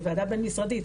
זה ועדה בין-משרדית,